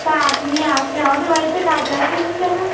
তা আপনি আজকে আমাদের বাড়িতে কাজে আসেননি কেন